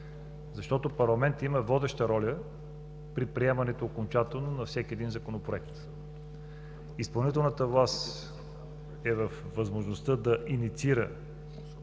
защото парламентът има водеща роля при окончателното приемане на всеки един законопроект. Изпълнителната власт е във възможността да инициира